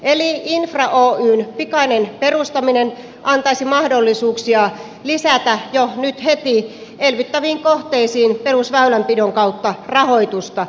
eli infra oyn pikainen perustaminen antaisi mahdollisuuksia lisätä jo nyt heti elvyttäviin kohteisiin perusväylänpidon kautta rahoitusta